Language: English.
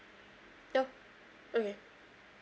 oh okay